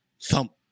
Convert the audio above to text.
thump